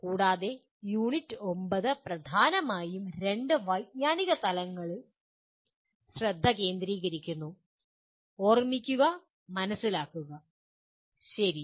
കൂടാതെ യൂണിറ്റ് 9 പ്രധാനമായും രണ്ട് വൈജ്ഞാനിക തലങ്ങളിൽ ശ്രദ്ധ കേന്ദ്രീകരിക്കുന്നു ഓർമ്മിക്കുക മനസിലാക്കുക ശരി